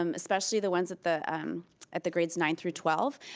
um especially the ones at the um at the grades nine through twelve,